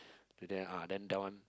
to there ah then that one